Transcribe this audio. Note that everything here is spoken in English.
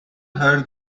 her